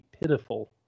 pitiful